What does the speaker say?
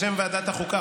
בשם ועדת החוקה,